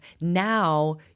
now